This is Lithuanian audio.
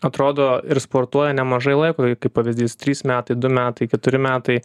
atrodo ir sportuoja nemažai laiko kaip pavyzdys trys metai du metai keturi metai